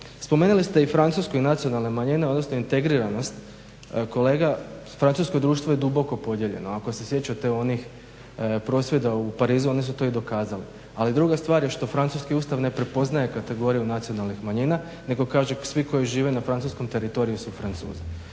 Spomenuli ste Francusku i nacionalne manjine odnosno integriranost, kolega francusko društvo je duboko podijeljeno. Ako se sjećate onih prosvjeda u Parizu oni su to i dokazali, ali druga stvar je što francuski ustav ne prepoznaje kategoriju nacionalnih manjina nego kaže svi koji žive na francuskom teritoriju su Francuzi.